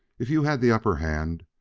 if you had the upper hand,